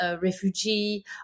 refugee